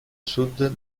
sud